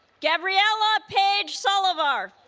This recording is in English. gabriella page selover